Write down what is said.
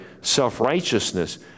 self-righteousness